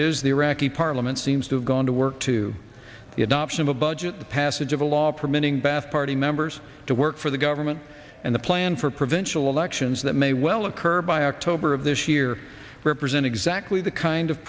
is the iraqi parliament seems to have gone to work to the adoption of a budget the passage of a law permitting bath party members to work for the government and the plan for provincial elections that may well occur by october of this year represent exactly the kind of